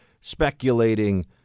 speculating